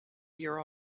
year